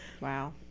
wow